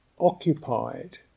occupied